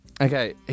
okay